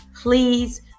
please